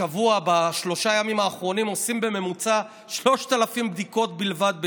השבוע בשלושה ימים האחרונים עושים בממוצע 3,000 בדיקות בלבד ביום?